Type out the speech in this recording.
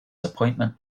appointment